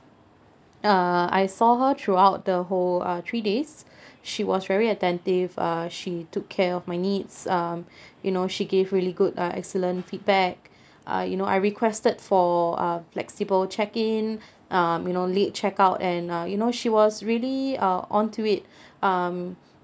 uh I saw her throughout the whole uh three days she was very attentive uh she took care of my needs um you know she gave really good uh excellent feedback uh you know I requested for uh flexible check in um you know late check out and uh you know she was really uh onto it um